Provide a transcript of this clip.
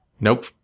Nope